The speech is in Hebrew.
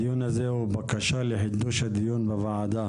הדיון הזה הוא בקשה לחידוש הדיון בוועדה